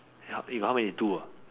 yup eh you got how many two ah